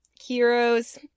heroes